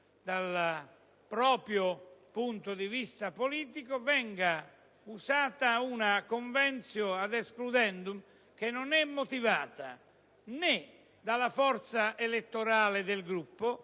dal proprio punto di vista politico, venga adottata una *conventio ad excludendum* che non è motivata né dalla forza elettorale del Gruppo